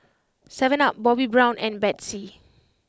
Seven Up Bobbi Brown and Betsy